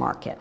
market